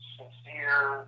sincere